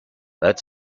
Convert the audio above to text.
that